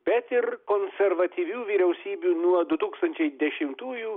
bet ir konservatyvių vyriausybių nuo du tūkstančiai dešimtųjų